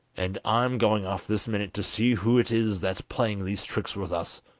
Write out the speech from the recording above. and i'm going off this minute to see who it is that's playing these tricks with us